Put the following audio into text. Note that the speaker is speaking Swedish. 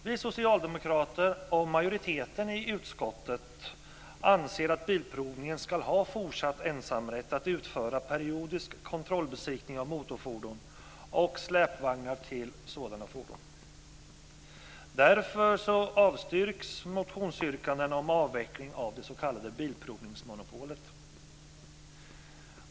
Vi socialdemokrater och majoriteten i utskottet anser att Bilprovningen ska ha fortsatt ensamrätt att utföra periodisk kontrollbesiktning av motorfordon och släpvagnar till sådana fordon. Därför avstyrks motionsyrkandena om avveckling av det s.k. bilprovningsmonopolet.